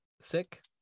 sick